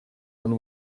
and